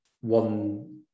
one